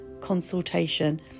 consultation